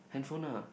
handphone ah